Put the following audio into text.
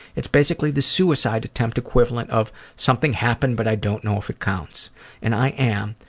it's basically the suicide attempt equivalent of, something happened but i don't know if it counts and i am,